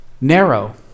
narrow